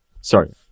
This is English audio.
Sorry